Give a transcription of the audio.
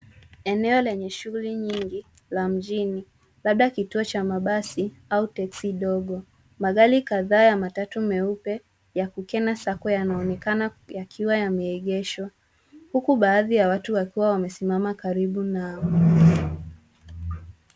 Eeno lenye shuguli nyingi la mjini, labda kituo cha mabasi au texi ndogo. Magari kadhaa ya matatu nyeupe ya Kukema sacco yanaonekana yakiwa yameegeshwa huku baadhi ya watu wakiwa wamesimama karibu nayo.